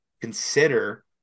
consider